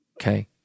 Okay